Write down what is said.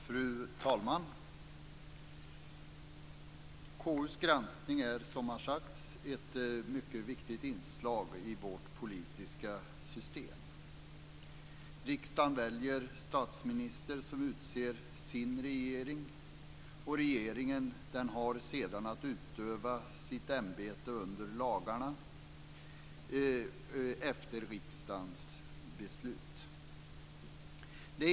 Fru talman! KU:s granskning är, som har sagts, ett mycket viktigt inslag i vårt politiska system. Riksdagen väljer statsminister som utser sin regering. Regeringen har sedan att utöva sitt ämbete under lagarna efter riksdagens beslut.